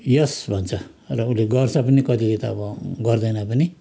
यस भन्छ र उसले गर्छ पनि कतिले त अब गर्दैन पनि